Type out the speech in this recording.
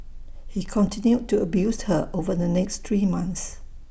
he continued to abused her over the next three months